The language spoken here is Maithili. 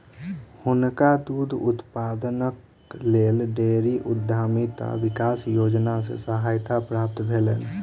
हुनका दूध उत्पादनक लेल डेयरी उद्यमिता विकास योजना सॅ सहायता प्राप्त भेलैन